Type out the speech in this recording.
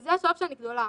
וזה השלב שאני גדולה,